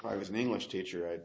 i was an english teacher